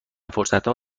فرصتها